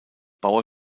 bauer